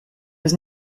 was